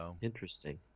Interesting